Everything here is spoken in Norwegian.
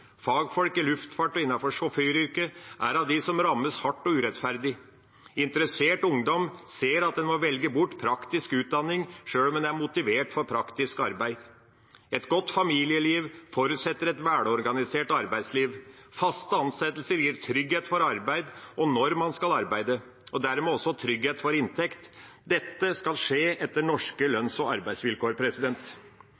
Fagfolk i luftfart og innenfor sjåføryrket er av dem som rammes hardt og urettferdig. Interessert ungdom ser at en må velge bort praktisk utdanning, sjøl om en er motivert for praktisk arbeid. Et godt familieliv forutsetter et velorganisert arbeidsliv. Faste ansettelser gir trygghet for arbeid og når man skal arbeide, og dermed også trygghet for inntekt. Dette skal skje etter norske